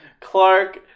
Clark